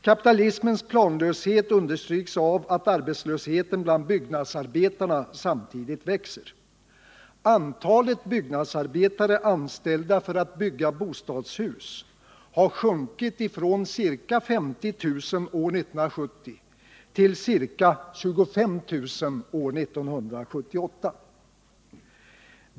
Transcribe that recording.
Kapitalismens planlöshet understryks av att arbetslösheten bland byggnadsarbetarna samtidigt växer. Antalet byggnadsarbetare som är anställda för att bygga bostadshus har sjunkit från ca 50 000 år 1970 till ca 25 000 år 1978.